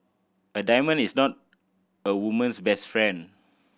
a diamond is not a woman's best friend